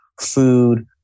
food